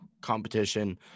competition